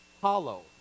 hollow